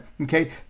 Okay